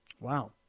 Wow